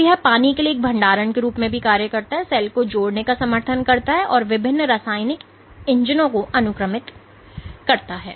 तो यह पानी के लिए एक भंडारण के रूप में कार्य करता है जो सेल को जोड़ने का समर्थन करता है और यह विभिन्न रासायनिक इंजनों को अनुक्रमित करता है